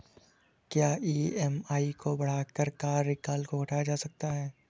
क्या ई.एम.आई को बढ़ाकर कार्यकाल को घटाया जा सकता है?